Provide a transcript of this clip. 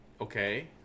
Okay